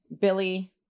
Billy